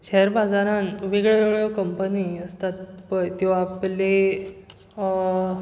share बाजारांत वेग वेगळ्यो कंपनी आसतात पय त्यो आपले